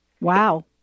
Wow